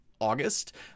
August